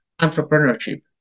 entrepreneurship